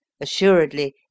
Assuredly